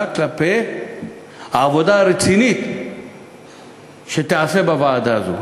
כלפי העבודה הרצינית שתיעשה בוועדה הזאת.